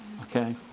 okay